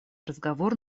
разговор